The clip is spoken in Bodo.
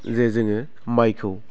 जे जोङो माइखौ